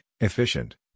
efficient